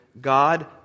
God